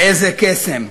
איזה קסם?